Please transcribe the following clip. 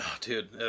Dude